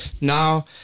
now